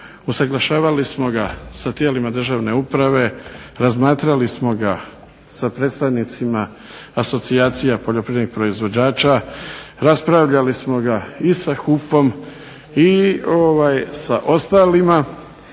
usuglašavali smo ga sa tijelima državne uprave, razmatrali smo ga sa predstavnicima asocijacija poljoprivrednih proizvođača, raspravljali smo ga i sa HUP-om i sa ostalima.